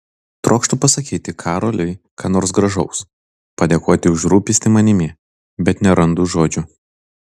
trokštu pasakyti karoliui ką nors gražaus padėkoti už rūpestį manimi bet nerandu žodžių